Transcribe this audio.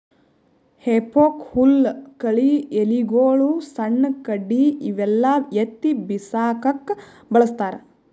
ಹೆಫೋಕ್ ಹುಲ್ಲ್ ಕಳಿ ಎಲಿಗೊಳು ಸಣ್ಣ್ ಕಡ್ಡಿ ಇವೆಲ್ಲಾ ಎತ್ತಿ ಬಿಸಾಕಕ್ಕ್ ಬಳಸ್ತಾರ್